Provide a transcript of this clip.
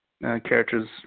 character's